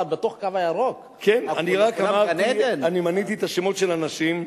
בתוך "הקו הירוק" אני מניתי שמות של אנשים,